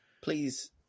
please